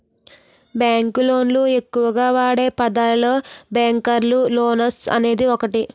bank లోళ్ళు ఎక్కువగా వాడే పదాలలో బ్యేంకర్స్ బోనస్ అనేది ఒకటి